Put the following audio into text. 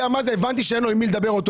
הבנתי שאין לו עם מי לדבר.